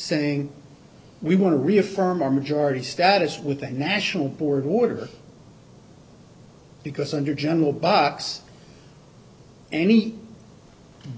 saying we want to reaffirm our majority status with the national board water because under general bucks any